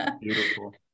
Beautiful